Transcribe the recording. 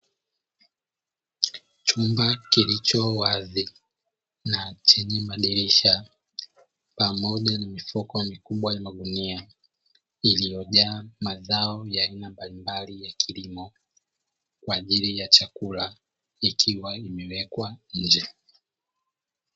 Chumba kilicho wazi na chenye madirisha, pamoja na mifuko mikubwa ya magunia iliyojaa mazao ya aina mbalimbali ya kilimo, kwa ajili ya chakula ikiwa imewekwa nje.